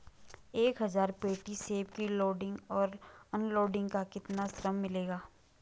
एक हज़ार पेटी सेब की लोडिंग और अनलोडिंग का कितना श्रम मिलेगा?